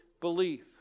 belief